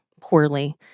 poorly